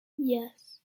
yes